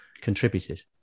contributed